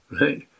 right